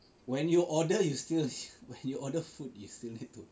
when you order you still when you order food you still need to